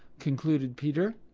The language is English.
concluded peter.